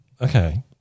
Okay